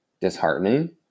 disheartening